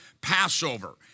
Passover